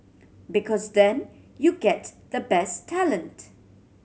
because then you get the best talent